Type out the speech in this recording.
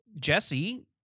Jesse